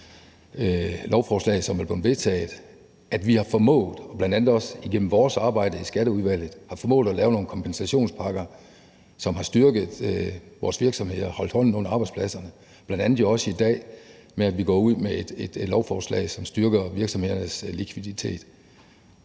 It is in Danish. lovforslag, som er blevet vedtaget, har formået – bl.a. også igennem vores arbejde i Skatteudvalget – at lave nogle kompensationspakker, som har styrket vores virksomheder og har holdt hånden under arbejdspladserne, og jo bl.a. også i dag med et lovforslag, der styrker virksomhedernes likviditet.